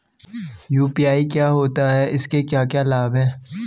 UPI क्या होता है इसके क्या क्या लाभ हैं?